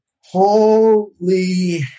holy